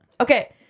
Okay